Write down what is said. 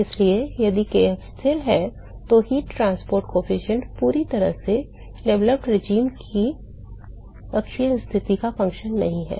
इसलिए यदि kf स्थिर है तो ऊष्मा परिवहन गुणांक पूरी तरह से विकसित शासन की अक्षीय स्थिति का फ़ंक्शन नहीं है